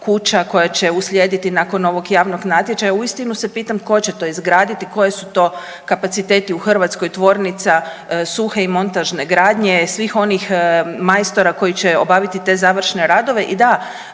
kuća koje će uslijediti nakon ovog javnog natječaja. Uistinu se pitam tko će to izgraditi, koje su to kapaciteti u Hrvatskoj tvornica suhe i montažne gradnje, svih onih majstora koji će obaviti te završne radove.